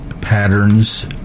patterns